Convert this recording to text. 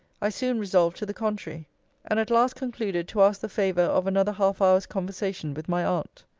i soon resolved to the contrary and at last concluded to ask the favour of another half-hour's conversation with my aunt.